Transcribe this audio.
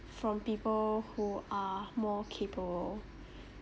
from people who are more capable